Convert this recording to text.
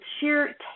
sheer